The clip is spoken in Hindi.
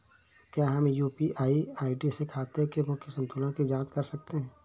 क्या हम यू.पी.आई आई.डी से खाते के मूख्य संतुलन की जाँच कर सकते हैं?